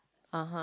(uh huh)